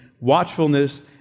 watchfulness